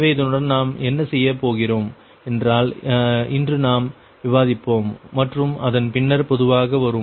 எனவே இதனுடன் நாம் என்ன செய்ய போகிறோம் என்றால் இன்று நாம் விவாதிப்போம் மற்றும் அதன் பின்னர் பொதுவாக வரும்